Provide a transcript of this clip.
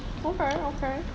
okay okay